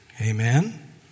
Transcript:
Amen